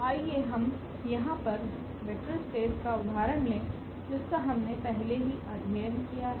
तो आइए हम यहां पर वेक्टर स्पेस का उदाहरण लें जिसका हमने पहले ही अध्ययन किया है